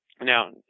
Now